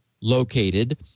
located